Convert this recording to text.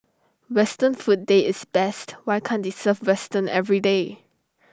western food day is best why can deserve western everyday